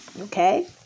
Okay